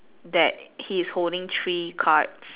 that he's holding three cards